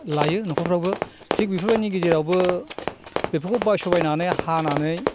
लायो न'खरफोरावबो थिग बेफोरबायदिनि गेजेरावबो बेफोरखौ बायस'बायनानै हानानै